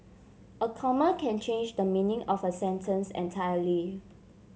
a comma can change the meaning of a sentence entirely